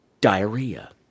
Diarrhea